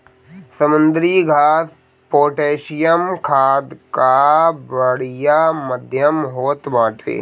समुद्री घास पोटैशियम खाद कअ बढ़िया माध्यम होत बाटे